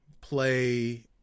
play